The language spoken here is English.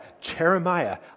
Jeremiah